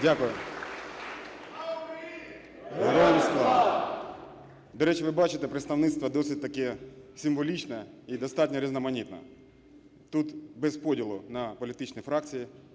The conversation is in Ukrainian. До речі, ви бачите, представництво досить-таки символічне і достатньо різноманітне. Тут без поділу на політичні фракції,